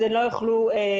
אז הן לא יוכלו לחזור.